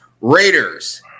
Raiders